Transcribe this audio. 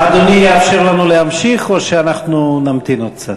אדוני יאפשר לנו להמשיך, או שאנחנו נמתין עוד קצת?